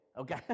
okay